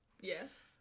yes